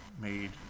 made